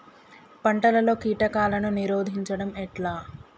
పంటలలో కీటకాలను నిరోధించడం ఎట్లా?